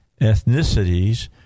ethnicities